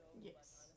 Yes